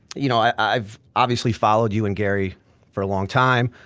you know i've obviously followed you and gary for a long time,